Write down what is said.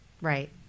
right